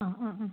ആ ആ ആ